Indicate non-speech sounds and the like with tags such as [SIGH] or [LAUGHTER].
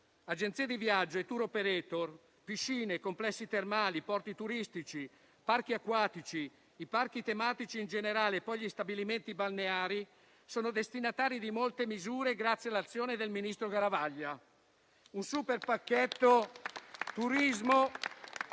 Agenzie di viaggio e *tour operator*, piscine, complessi termali, porti turistici, parchi acquatici, parchi tematici in generale e poi gli stabilimenti balneari sono destinatari di molte misure grazie all'azione del ministro Garavaglia, [APPLAUSE] un super-pacchetto turismo